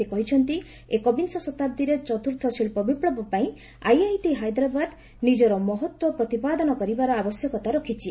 ସେ କହିଛନ୍ତି ଏକବିଂଶ ଶତାବ୍ଦୀରେ ଚତୁର୍ଥ ଶିଳ୍ପ ବିପୁବ ପାଇଁ ଆଇଆଇଟି ହାଇଦ୍ରାବାଦ ନିଜର ମହତ୍ୱ ପ୍ରତିପାଦନ କରିବାର ଆବଶ୍ୟକତା ରହିଛି